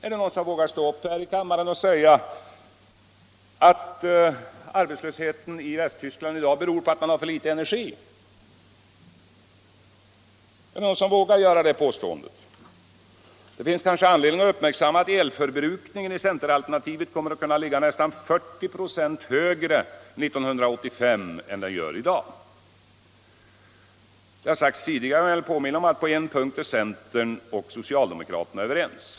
Är det någon som vågar stå upp här i kammaren och säga att arbetslösheten i Västtyskland beror på att landet har för litet energi? Är det någon som vågar göra det påståendet? Det finns anledning att uppmärksamma att elförbrukningen i centeralternativet kommer att kunna ligga nästan 40 96 högre år 1985 än den gör i dag. Det har sagts tidigare — och jag vill påminna om det — att centern och socialdemokraterna är överens på en punkt.